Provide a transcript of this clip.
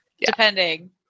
depending